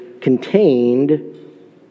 contained